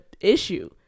issue